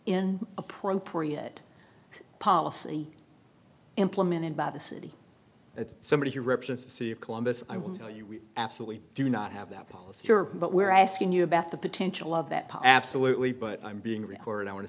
in appropriate policy implemented by the city that somebody who represents the city of columbus i will tell you we absolutely do not have that policy but we're asking you about the potential of that absolutely but i'm being recorded i want to